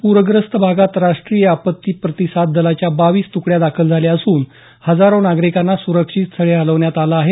पूरग्रस्त भागात राष्ट्रीय आपत्ती प्रतिसाद दलाच्या बावीस तुकड्या दाखल झाल्या असून हजारो नागरिकांना सुरक्षित स्थळी हलवण्यात आलं आहे